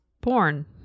porn